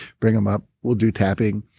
bring them up, we'll do tapping.